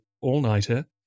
all-nighter